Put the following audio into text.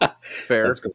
Fair